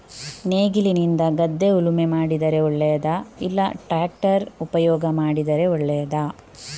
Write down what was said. ನೇಗಿಲಿನಿಂದ ಗದ್ದೆ ಉಳುಮೆ ಮಾಡಿದರೆ ಒಳ್ಳೆಯದಾ ಇಲ್ಲ ಟ್ರ್ಯಾಕ್ಟರ್ ಉಪಯೋಗ ಮಾಡಿದರೆ ಒಳ್ಳೆಯದಾ?